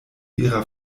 ihrer